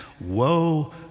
woe